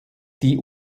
die